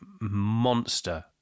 monster